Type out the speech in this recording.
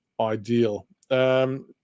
ideal